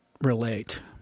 relate